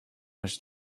much